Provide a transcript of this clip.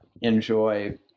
enjoy